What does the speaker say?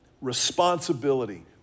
Responsibility